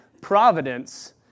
providence